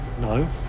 no